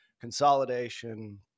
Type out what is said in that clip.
consolidation